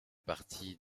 partie